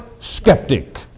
skeptic